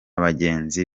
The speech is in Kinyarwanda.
bagenzi